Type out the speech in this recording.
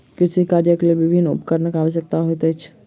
कृषि कार्यक लेल विभिन्न उपकरणक आवश्यकता होइत अछि